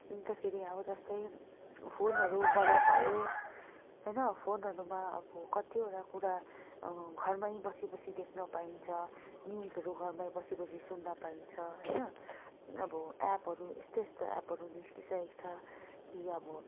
अन्तखेरि अब जस्तै फोनहरूबाट भयो होइन फोनहरूमा अब कतिवटा कुरा घरमै बसीबसी देख्न पाइन्छ न्युजहरू घरमै बसीबसी सुन्न पाइन्छ होइन अब एपहरू यस्तो यस्तो एपहरू निस्किसकेको छ कि अब